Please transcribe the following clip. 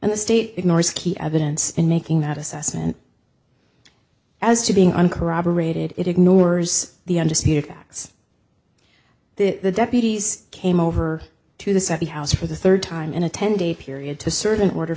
and the state ignores key evidence in making that assessment as to being uncorroborated it ignores the undisputed facts that the deputies came over to the second house for the third time in a ten day period to a certain order